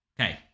Okay